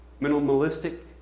Minimalistic